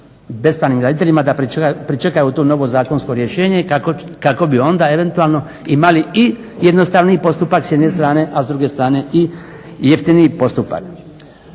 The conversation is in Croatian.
bespravnim graditeljima da pričekaju to novo zakonsko rješenje kako bi onda eventualno imali i jednostavniji postupak s jedne strane, a s druge strane i jeftiniji postupak.